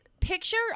picture